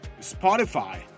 Spotify